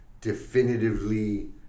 definitively